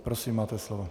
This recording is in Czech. Prosím, máte slovo.